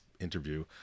interview